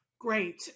Great